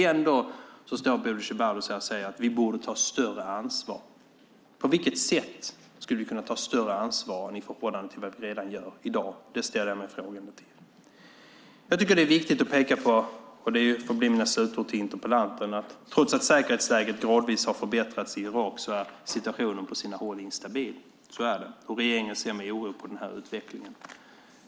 Ändå står Bodil Ceballos här och säger att vi borde ta större ansvar. På vilket sätt skulle vi kunna ta större ansvar än vad vi redan gör? Det ställer jag mig frågande till. Det är viktigt att peka på, och det får bli mina slutord till interpellanten, att trots att säkerhetsläget gradvis har förbättrats i Irak är situationen på sina håll instabil. Så är det, och regeringen ser med oro på den utvecklingen.